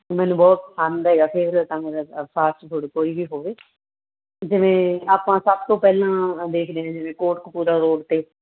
ਮੈਨੂੰ ਬਹੁਤ ਪਸੰਦ ਹੈਗਾ ਫਿਰ ਫਾਸਟ ਫੂਡ ਕੋਈ ਵੀ ਹੋਵੇ ਜਿਵੇਂ ਆਪਾਂ ਸਭ ਤੋਂ ਪਹਿਲਾਂ ਦੇਖਦੇ ਹਾਂ ਜਿਵੇਂ ਕੋਟਕਪੂਰਾ ਰੋਡ 'ਤੇ